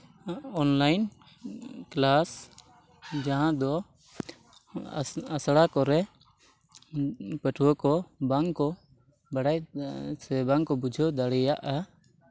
online class ᱡᱟᱦᱟᱸ ᱫᱚ ᱟᱥᱲᱟ ᱠᱚᱨᱮ ᱯᱟᱹᱴᱷᱩᱣᱟᱹ ᱠᱚ ᱵᱟᱝᱠᱚ ᱵᱟᱲᱟᱭ ᱥᱮ ᱵᱟᱝᱠᱚ ᱵᱩᱡᱷᱟᱹᱣ ᱫᱟᱲᱭᱟᱜᱼᱟ